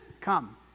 Come